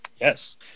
yes